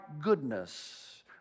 goodness